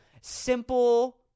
simple